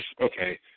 okay